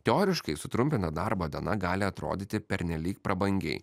teoriškai sutrumpinta darbo diena gali atrodyti pernelyg prabangiai